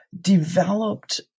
Developed